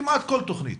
כמעט כל תכנית,